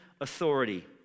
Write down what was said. authority